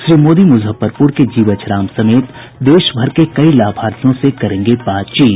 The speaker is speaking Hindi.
श्री मोदी मुजफ्फरपुर के जीवछ राम समेत देशभर के कई लाभार्थियों से करेंगे बातचीत